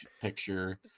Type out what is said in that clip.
picture